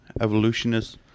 evolutionists